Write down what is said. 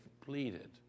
pleaded